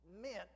meant